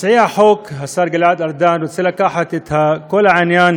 מציע החוק, השר גלעד ארדן, רוצה לקחת את כל העניין